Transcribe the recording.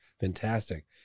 fantastic